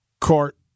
court